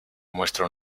muestra